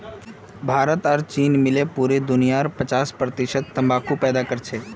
भारत और चीन मिले पूरा दुनियार पचास प्रतिशत तंबाकू पैदा करछेक